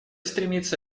стремиться